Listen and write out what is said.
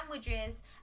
sandwiches